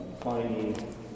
finding